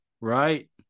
right